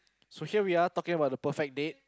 so here we are talking about the perfect date